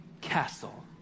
castle